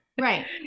right